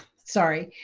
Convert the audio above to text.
sorry,